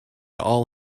all